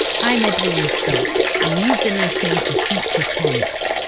i'm edwina stott and you've been listening to future tense.